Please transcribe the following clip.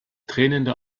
tränende